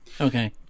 Okay